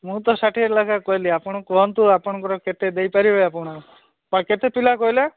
ମୁଁ ତ ଷାଠିଏ ଲେଖା କହିଲି ଆପଣ କୁହନ୍ତୁ ଆପଣଙ୍କର କେତେ ଦେଇପାରିବେ ଆପଣ ହଁ କେତେ ପିଲା କହିଲେ